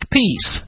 peace